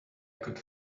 could